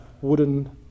wooden